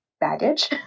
baggage